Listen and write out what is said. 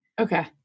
Okay